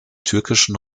türkischen